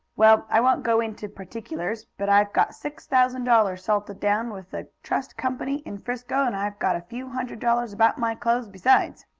well, i won't go into particulars, but i've got six thousand dollars salted down with a trust company in frisco, and i've got a few hundred dollars about my clothes besides.